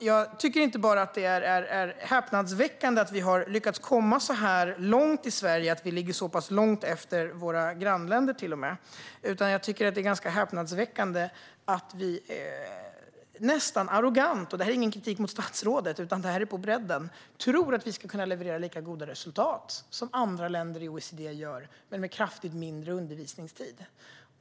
Jag tycker inte bara att det är häpnadsväckande att vi har lyckats komma så långt i Sverige att vi ligger så pass långt efter till och med våra grannländer, utan det är även häpnadsväckande att vi på ett nästan arrogant sätt - och detta är ingen kritik mot statsrådet, utan det gäller på bredden - tror att vi ska kunna leverera lika goda resultat som andra länder i OECD trots mycket mindre undervisningstid.